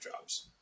jobs